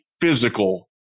physical